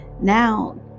now